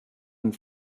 and